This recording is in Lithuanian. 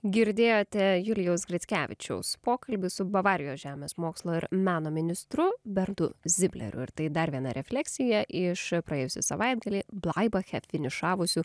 girdėjote julijaus grickevičiaus pokalbius su bavarijos žemės mokslo ir meno ministru bertu zibleriu ir tai dar viena refleksija iš praėjusį savaitgalį blaibache finišavusių